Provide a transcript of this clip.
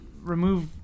remove